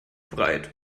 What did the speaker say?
breit